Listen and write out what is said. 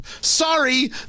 sorry